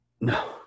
No